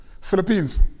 Philippines